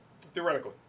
Theoretically